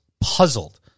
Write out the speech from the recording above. puzzled